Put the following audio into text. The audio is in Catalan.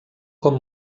com